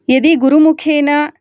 यदि गुरुमुखेन